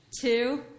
two